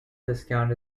discount